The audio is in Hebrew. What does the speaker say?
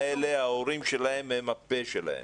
הילדים האלה ההורים שלהם הם הפה שלהם.